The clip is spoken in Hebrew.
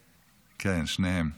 שניהם.